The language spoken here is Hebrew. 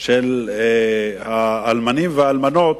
של האלמנים והאלמנות.